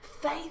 faith